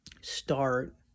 start